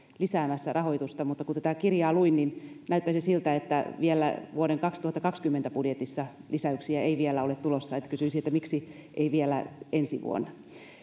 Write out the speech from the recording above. lisäämässä rahoitusta mutta kun tätä kirjaa luin niin näyttäisi siltä että vuoden kaksituhattakaksikymmentä budjetissa lisäyksiä ei vielä ole tulossa ja kysyisin miksi ei vielä ensi vuonna